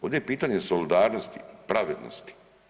Ovdje je pitanje solidarnosti, pravednosti.